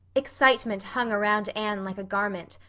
excitement hung around anne like a garment,